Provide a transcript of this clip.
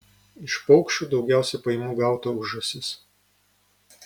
iš paukščių daugiausiai pajamų gauta už žąsis